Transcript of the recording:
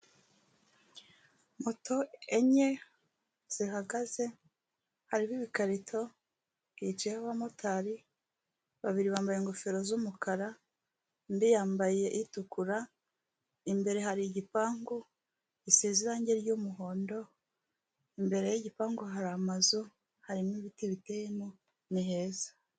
Moto enye zihagaze hariho ibikarito, hicayeho aba motari, babiri bambaye ingofero z'umukara undi yambaye itukura, imbere hari igipangu gisize irangi ry'umuhondo imbere y'igipangu hari amazu harimo ibiti biteyemo n'iheza.